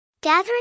Gathering